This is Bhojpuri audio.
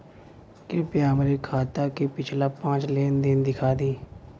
कृपया हमरे खाता क पिछला पांच लेन देन दिखा दी